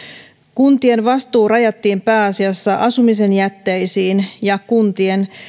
kuntien vastuu rajattiin pääasiassa asumisen jätteisiin ja kuntien